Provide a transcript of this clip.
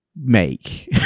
make